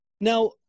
Now